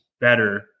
better